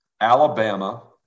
Alabama